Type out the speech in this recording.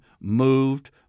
moved